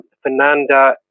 Fernanda